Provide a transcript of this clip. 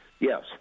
Yes